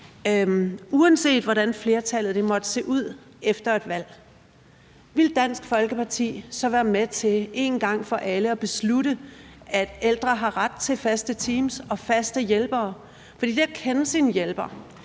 Uanset hvordan flertallet måtte se ud efter et valg, vil Dansk Folkeparti så være med til en gang for alle at beslutte, at ældre har ret til faste teams og faste hjælpere? For det at kende sine hjælpere